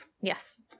Yes